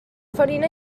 farina